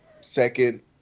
second